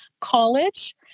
college